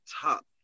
top